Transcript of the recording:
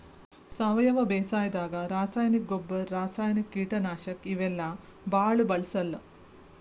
ಸಾವಯವ ಬೇಸಾಯಾದಾಗ ರಾಸಾಯನಿಕ್ ಗೊಬ್ಬರ್, ರಾಸಾಯನಿಕ್ ಕೀಟನಾಶಕ್ ಇವೆಲ್ಲಾ ಭಾಳ್ ಬಳ್ಸಲ್ಲ್